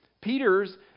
Peter's